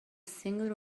single